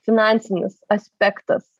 finansinis aspektas